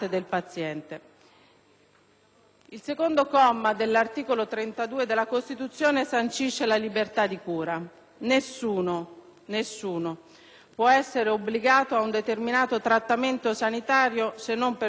Il secondo comma dell'articolo 32 della Costituzione sancisce la libertà di cura: «Nessuno può essere obbligato a un determinato trattamento sanitario se non per disposizione di legge.